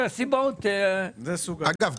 ההוצאות שלי הן 60%. אגב,